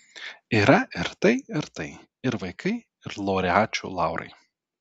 yra ir tai ir tai ir vaikai ir laureačių laurai